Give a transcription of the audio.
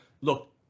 Look